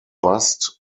bust